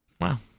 Wow